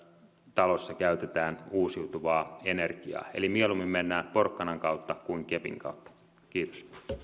talossa käytetään uusiutuvaa energiaa eli mieluummin mennään porkkanan kautta kuin kepin kautta kiitos